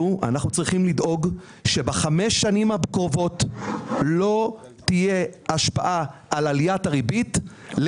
צריכים לדאוג שבחמש השנים הקרובות לא תהיה השפעה של עליית הריבית על